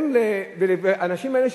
האנשים האלה,